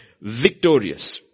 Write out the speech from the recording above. victorious